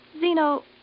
Zeno